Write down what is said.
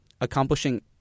accomplishing